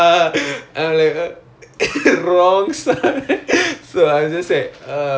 oh shit wrong ஆன:aana sound வந்துர போது:vanthura pothu ya